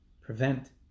prevent